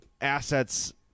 assets